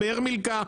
באר מיקה,